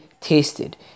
tasted